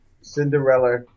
Cinderella